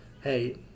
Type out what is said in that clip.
hey